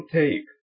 take